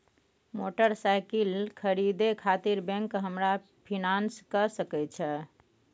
Motorcycle खरीदे खातिर bank हमरा फिनांस कय सके छै?